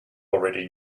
already